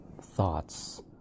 Thoughts